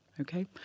Okay